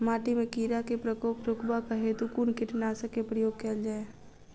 माटि मे कीड़ा केँ प्रकोप रुकबाक हेतु कुन कीटनासक केँ प्रयोग कैल जाय?